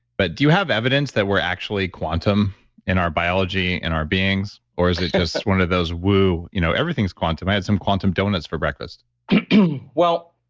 but do you have evidence that we're actually quantum in our biology and our beings, or is it just one of those, whew, you know everything's quantum. i had some quantum donuts for breakfast well,